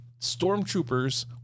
stormtroopers